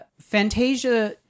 Fantasia